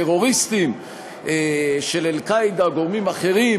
לטרוריסטים של "אל-קאעידה" או גורמים אחרים